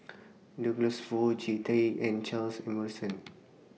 Douglas Foo Jean Tay and Charles Emmerson